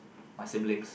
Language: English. my siblings